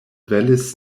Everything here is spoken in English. vallis